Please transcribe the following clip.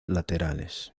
laterales